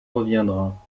reviendra